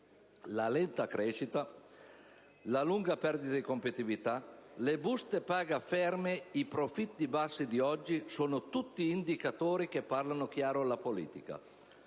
La lenta crescita, la lunga perdita di competitività, le buste paga ferme e i profitti bassi di oggi sono tutti indicatori che parlano chiaro alla politica: